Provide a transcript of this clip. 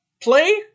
play